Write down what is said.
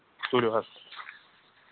تُلِو حظ